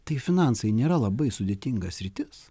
tai finansai nėra labai sudėtinga sritis